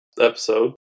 episode